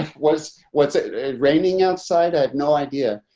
was, what's it ah raining outside? i had no idea.